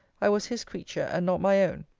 i was his creature, and not my own.